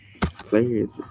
players